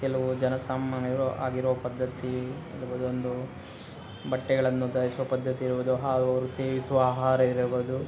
ಕೆಲವು ಜನಸಾಮಾನ್ಯರು ಆಗಿರೋ ಪದ್ಧತಿ ಇರ್ಬೋದು ಒಂದು ಬಟ್ಟೆಗಳನ್ನು ಧರಿಸುವ ಪದ್ಧತಿ ಇರ್ಬೋದು ಹಾಗೂ ಅವರು ಸೇವಿಸುವ ಆಹಾರ ಇರಬೋದು